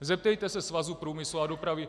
Zeptejte se Svazu průmyslu a dopravy.